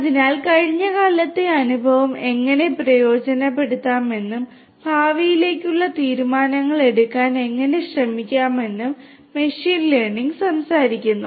അതിനാൽ കഴിഞ്ഞ കാലത്തെ അനുഭവം എങ്ങനെ പ്രയോജനപ്പെടുത്താമെന്നും ഭാവിയിലേക്കുള്ള തീരുമാനങ്ങൾ എടുക്കാൻ എങ്ങനെ ശ്രമിക്കാമെന്നും മെഷീൻ ലേണിംഗ് സംസാരിക്കുന്നു